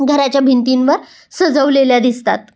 घराच्या भिंतींवर सजवलेल्या दिसतात